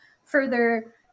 further